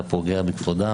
פוגע בכבודם,